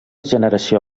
generació